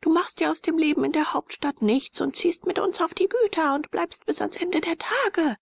du machst dir aus dem leben in der hauptstadt nichts und ziehst mit uns auf die güter und bleibst bis ans ende der tage